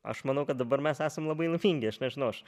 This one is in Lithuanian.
aš manau kad dabar mes esam labai laimingi aš nežinau aš